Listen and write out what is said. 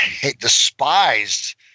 despised